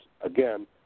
again